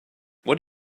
what